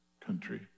country